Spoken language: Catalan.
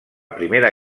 primera